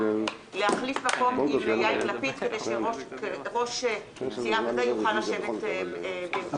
להחליף מקום עם יאיר לפיד כדי שראש סיעה יוכל לשבת --- ירדנה,